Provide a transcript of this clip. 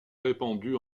répandu